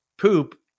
poop